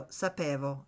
sapevo